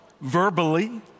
verbally